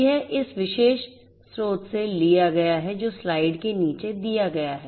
यह इस विशेष स्रोत से लिया गया है जो स्लाइड के नीचे दिया गया है